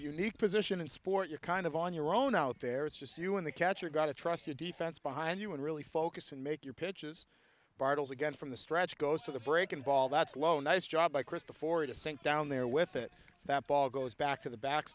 unique position in sport you're kind of on your own out there it's just you and the catcher got to trust your defense behind you and really focus and make your pitches bartels again from the stretch goes to the breaking ball that's low nice job by chris the forward to sink down there with it that ball goes back to the back